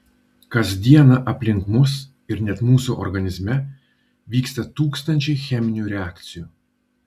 kas dieną aplink mus ir net mūsų organizme vyksta tūkstančiai cheminių reakcijų